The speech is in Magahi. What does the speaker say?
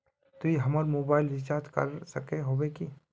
तू हमर मोबाईल रिचार्ज कर सके होबे की?